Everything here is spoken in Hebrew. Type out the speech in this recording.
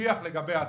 שיח לגבי העתיד.